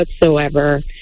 whatsoever